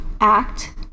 act